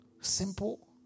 Simple